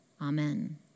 Amen